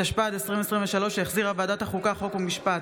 התשפ"ד 2023, שהחזירה ועדת החוקה, חוק ומשפט.